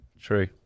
true